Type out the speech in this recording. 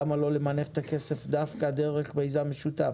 אז למה לא למנף את הכסף דווקא דרך מיזם משותף?